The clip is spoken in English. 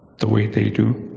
the way they do